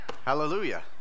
Hallelujah